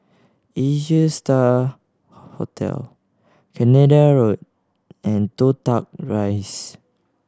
Asia Star Hotel Canada Road and Toh Tuck Rise